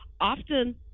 often